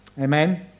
Amen